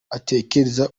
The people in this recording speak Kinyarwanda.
atekereza